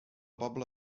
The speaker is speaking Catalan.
pobla